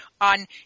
on